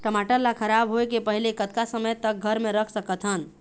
टमाटर ला खराब होय के पहले कतका समय तक घर मे रख सकत हन?